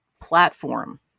platform